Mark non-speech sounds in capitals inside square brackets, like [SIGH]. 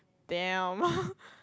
damn [LAUGHS]